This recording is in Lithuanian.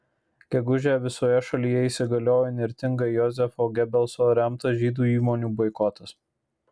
gegužę visoje šalyje įsigaliojo įnirtingai jozefo gebelso remtas žydų įmonių boikotas